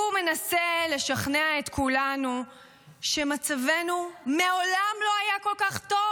הוא מנסה לשכנע את כולנו שמצבנו מעולם לא היה כל כך טוב,